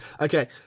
Okay